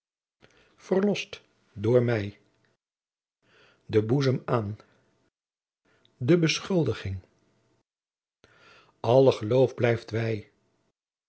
verlost door mij den boezem aan de beschuldiging alle geloof blijft wei